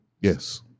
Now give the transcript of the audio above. Yes